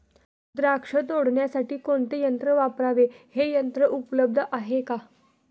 द्राक्ष तोडण्यासाठी कोणते यंत्र वापरावे? हे यंत्र उपलब्ध आहे का?